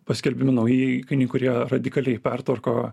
paskelbiami nauji įkainiai kurie radikaliai pertvarko